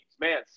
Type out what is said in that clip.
Man